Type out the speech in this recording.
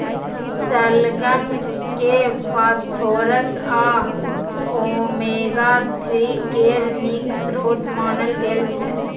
शलगम केँ फास्फोरस आ ओमेगा थ्री केर नीक स्रोत मानल गेल छै